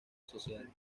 social